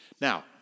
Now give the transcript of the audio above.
Now